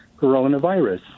coronavirus